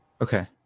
Okay